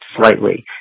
slightly